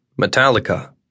Metallica